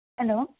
hello